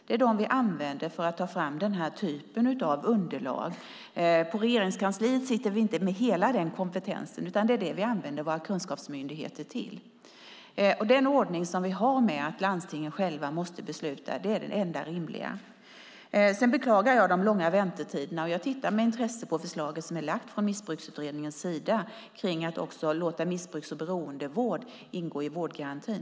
Det är Socialstyrelsen vi använder för att ta fram den här typen av underlag. På Regeringskansliet sitter vi inte med hela den kompetensen, utan vi använder våra kunskapsmyndigheter till detta. Och den ordning som vi har med att landstingen själva måste besluta är den enda rimliga. Sedan beklagar jag de långa väntetiderna. Jag tittar med intresse på förslaget från Missbruksutredningen kring att också låta missbrukar och beroendevård ingå i vårdgarantin.